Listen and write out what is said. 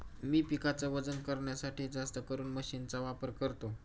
मी पिकाच वजन करण्यासाठी जास्तकरून मशीन चा वापर करतो